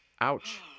Ouch